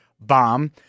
bomb